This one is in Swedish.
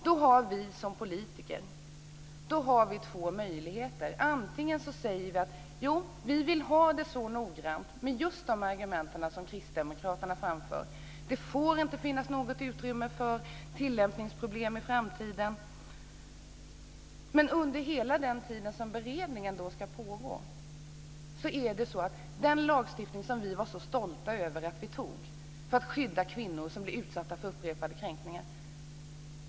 Då har vi som politiker två möjligheter. Vi kan säga att vi vill ha det så noggrant och med just de argument som kristdemokraterna framför, dvs. att det inte får finnas något utrymme för tillämpningsproblem i framtiden. Men under hela den tid som beredningen ska pågå existerar inte den lagstiftning som vi var så stolta över att vi tog för att skydda kvinnor som blir utsatta för upprepade kränkningar.